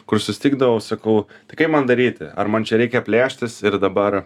kur susitikdavau sakau tai kaip man daryti ar man čia reikia plėšytis ir dabar